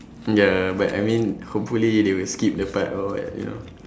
ya but I mean hopefully they will skip the part or what you know